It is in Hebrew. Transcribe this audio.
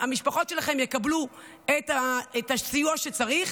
והמשפחות שלכם תקבלנה את הסיוע שצריך,